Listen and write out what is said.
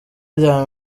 rya